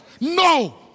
no